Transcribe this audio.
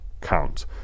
count